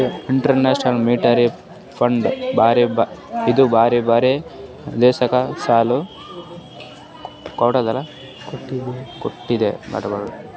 international monetary fund ಇದೂ ಬ್ಯಾರೆ ಬ್ಯಾರೆ ದೇಶಕ್ ಸಾಲಾ ಕೊಡ್ತುದ್